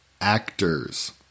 actors